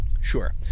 Sure